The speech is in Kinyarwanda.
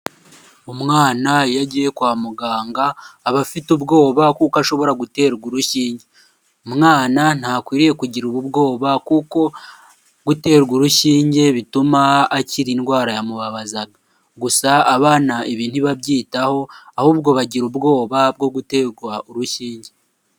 Umwana iyo agiye kwa muganga aba afite ubwoba kuko ashobora guterwa urushinge, umwana ntakwiriye kugira ubu ubwoba kuko guterwa urushinge bituma akira indwara yamubabazaga, gusa abana ibi ntibabyitaho, ahubwo bagira ubwoba bwo gutegwa urushinge.